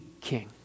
king